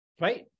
right